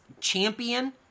champion